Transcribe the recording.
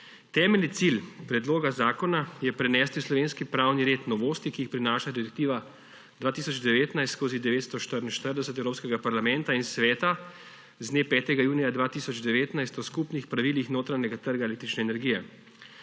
Temeljni cilj predloga zakona je prenesti v slovenski pravni red novosti, ki jih prinaša Direktiva 2019/944 Evropskega parlamenta in Sveta z dne 5. junija 2019 o skupnih pravilih notranjega trga električne energije.